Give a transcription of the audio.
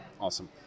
Awesome